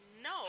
No